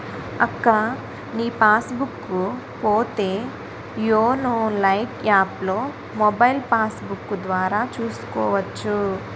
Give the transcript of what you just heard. అక్కా నీ passbook పోతో యోనో లైట్ యాప్లో మొబైల్ పాస్బుక్కు ద్వారా చూసుకోవచ్చు